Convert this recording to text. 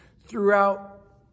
throughout